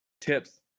tips